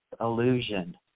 illusion